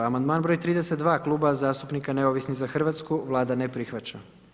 Amandman broj 32 Kluba zastupnika Neovisni za Hrvatsku, Vlada ne prihvaća.